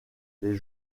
les